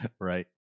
Right